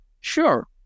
Sure